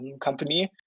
company